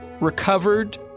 recovered